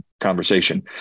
conversation